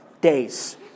days